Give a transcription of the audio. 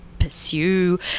pursue